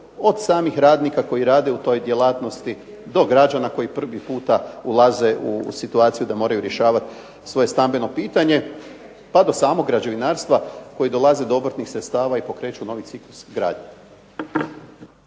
od samih radnika koji rade u toj djelatnosti do građana koji prvi puta ulaze u situaciju da moraju rješavati svoje stambeno pitanje pa do samog građevinarstva koji dolaze do obrtnih sredstava i pokreću novi ciklus gradnje.